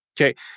Okay